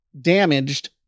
damaged